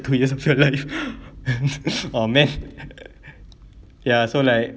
two years of your life oh man ya so like